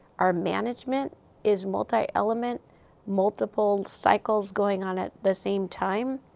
our management is multi-element multiple cycles going on at the same time.